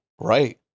Right